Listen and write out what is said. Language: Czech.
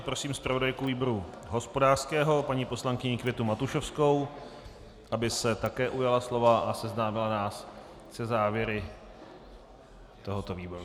Prosím zpravodajku výboru hospodářského paní poslankyni Květu Matušovskou, aby se také ujala slova a seznámila nás se závěry tohoto výboru.